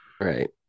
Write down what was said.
Right